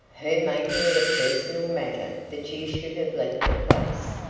her making it a personal matter that you should have left the place!